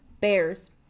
Bears